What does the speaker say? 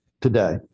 today